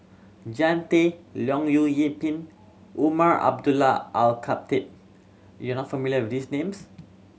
Jean Tay Leong Yoon Pin Umar Abdullah Al Khatib you are not familiar with these names